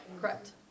Correct